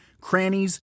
crannies